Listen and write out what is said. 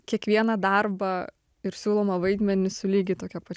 kiekvieną darbą ir siūlomą vaidmenį su lygiai tokia pat